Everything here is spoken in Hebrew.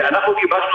אנחנו גיבשנו